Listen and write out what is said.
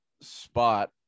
spot